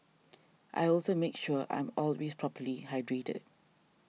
I also make sure I'm always properly hydrated